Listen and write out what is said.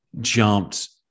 jumped